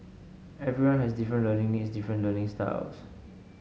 everyone has different learning needs different learning styles